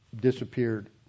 disappeared